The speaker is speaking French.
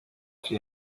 fit